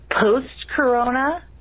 Post-corona